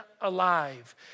alive